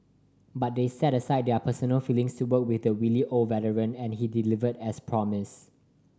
but they set aside their personal feelings to work with the wily old veteran and he delivered as promised